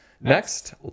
Next